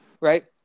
Right